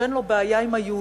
שאין לו בעיה עם היהודים,